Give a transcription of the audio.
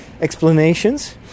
explanations